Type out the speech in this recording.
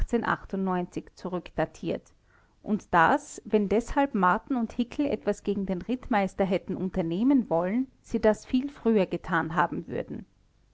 zurückdatiert und daß wenn deshalb marten und hickel etwas gegen den rittmeister hätten unternehmen wollen sie das viel früher getan haben würden